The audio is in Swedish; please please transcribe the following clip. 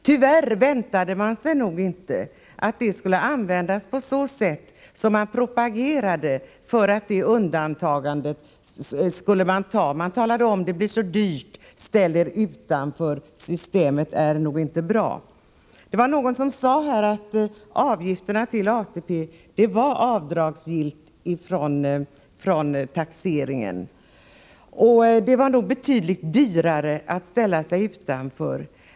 Tyvärr väntade man sig nog inte att detta skulle användas på det sättet att det propagerades för undantagande. Det sades: Det blir så dyrt, ställ er utanför, systemet är nog inte bra. Någon sade att avgifterna till ATP var avdragsgilla, och det var nog betydligt dyrare att ställa sig utanför.